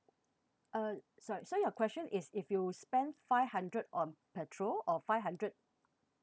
uh sorry so your question is if you spend five hundred on petrol or five hundred